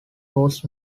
was